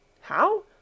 How